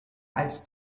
als